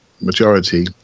majority